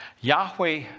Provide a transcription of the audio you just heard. Yahweh